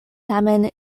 tamen